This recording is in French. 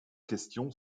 question